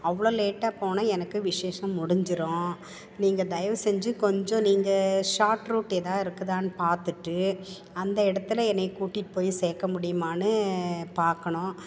அவ்வளோ லேட்டாக போனால் எனக்கு விசேஷம் முடிஞ்சிடும் நீங்கள் தயவு செஞ்சு கொஞ்சம் நீங்கள் ஷார்ட் ரூட் ஏதாவது இருக்குதான்னு பார்த்துட்டு அந்த இடத்துல என்னை கூட்டிகிட்டு போய் சேர்க்க முடியுமானு பார்க்கணும்